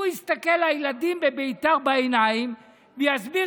הוא יסתכל לילדים בביתר בעיניים ויסביר